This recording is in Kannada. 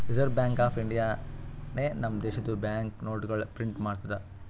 ರಿಸರ್ವ್ ಬ್ಯಾಂಕ್ ಆಫ್ ಇಂಡಿಯಾನೆ ನಮ್ ದೇಶದು ಬ್ಯಾಂಕ್ ನೋಟ್ಗೊಳ್ ಪ್ರಿಂಟ್ ಮಾಡ್ತುದ್